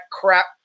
crap